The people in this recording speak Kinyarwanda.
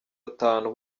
atanu